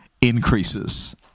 increases